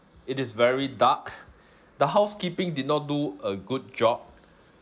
it is very dark the housekeeping did not do a good job